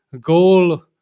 goal